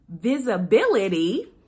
visibility